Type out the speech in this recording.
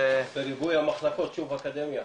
--- בריבוי המחלקות, שוב, אקדמיה.